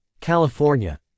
California